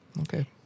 Okay